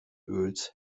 öls